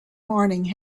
morning